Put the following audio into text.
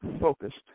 focused